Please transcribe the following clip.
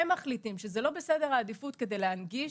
הם מחליטים שזה לא בסדר העדיפות כדי להנגיש,